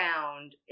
found